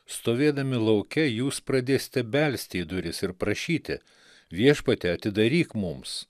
stovėdami lauke jūs pradėsite belsti į duris ir prašyti viešpatie atidaryk mums